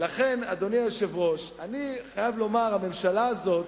לכן, אדוני היושב-ראש, אני חייב לומר שהממשלה הזאת